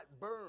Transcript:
burn